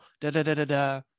da-da-da-da-da